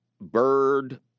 bird